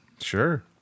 Sure